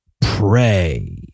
pray